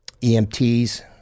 emts